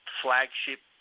flagship